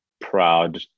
proud